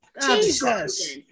Jesus